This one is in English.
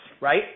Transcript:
right